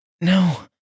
No